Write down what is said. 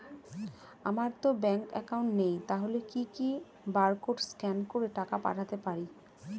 আমারতো bank account নেই তাহলে কি কি বারকোড স্ক্যান করে টাকা পাঠাতে পারি?